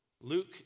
Luke